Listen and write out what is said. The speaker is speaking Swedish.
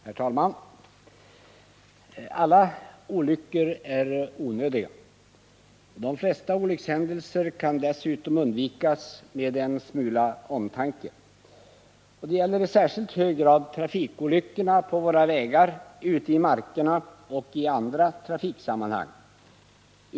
Herr talman! Alla olyckor är onödiga. De flesta olyckshändelser kan dessutom undvikas med en smula omtanke. Detta gäller i särskilt hög grad trafikolyckorna på våra vägar, ute i markerna och i andra trafiksammanhang.